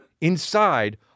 Inside